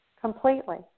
completely